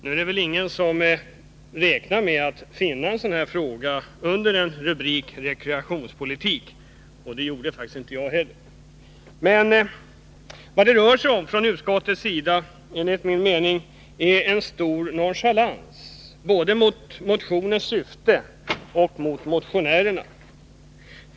Det är väl ingen som räknat med att en sådan fråga skall behandlas under rubriken Avgifter till rekreationspolitik. Det gjorde faktiskt inte jag heller. Det innebär en stor nonchalans från utskottets sida, både för motionens syfte och mot motionärerna.